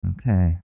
Okay